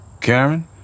Karen